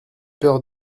peur